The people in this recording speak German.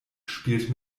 spielt